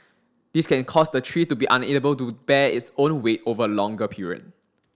these can cause the tree to be unable to bear its own weight over a longer period